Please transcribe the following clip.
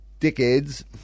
dickheads